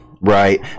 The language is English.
Right